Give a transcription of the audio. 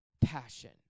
passion